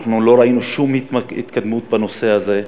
לא ראינו שום התקדמות בנושא הזה.